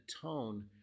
tone